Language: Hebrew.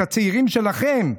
את הצעירים שלכם,